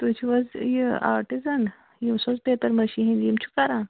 تُہۍ چھُو حظ یہِ آٹِزَن یُس حظ پیٚپَر مٲشی ہِنٛدۍ یِم چھِ کَران